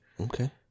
Okay